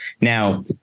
Now